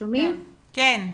בבקשה.